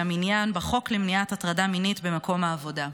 המניין בחוק למניעת הטרדה מינית במקום העבודה.